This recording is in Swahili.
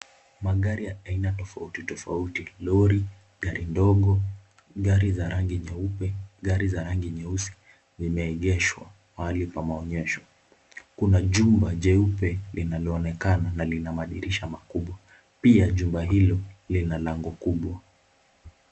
Magari aina tofauti tofauti lori, gari dogo, gari za rangi nyeupe, gari za rangi nyeusi zimeegeshwa pahali pa maonyesho, kuna jumba jeupe linaloonekana na lina madirisha makubwa pia jumba hilo lina lango kubwa.